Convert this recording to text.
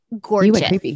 Gorgeous